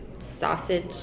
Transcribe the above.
Sausage